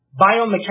biomechanics